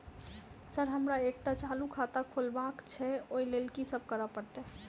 Sir हमरा एकटा चालू खाता खोलबाबह केँ छै ओई लेल की सब करऽ परतै?